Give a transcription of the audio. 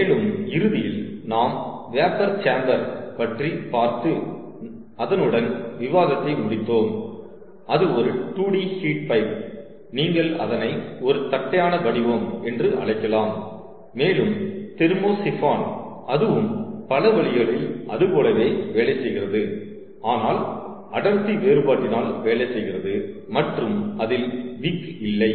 மேலும் இறுதியில் நாம் வேப்பர் சேம்பர் பற்றி பார்த்து அதனுடன் விவாதத்தை முடித்தோம் அது ஒரு 2 D ஹீட் பைப் நீங்கள் அதனை ஒரு தட்டையான வடிவம் என்று அழைக்கலாம் மேலும் தெர்மோசிஃபான் அதுவும் பல வழிகளில் அதுபோலவே வேலை செய்கிறது ஆனால் அடர்த்தி வேறுபாட்டினால் வேலை செய்கிறது மற்றும் அதில் விக் இல்லை